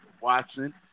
Watson